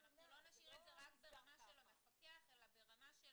אנחנו לא נשאיר את זה רק ברמה של המפקח אלא ברמה של